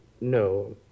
No